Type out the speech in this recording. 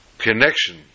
connection